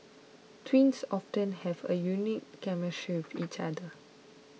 twins often have a unique chemistry of each other